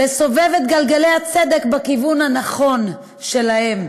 לסובב את גלגלי הצדק בכיוון הנכון: שלהם.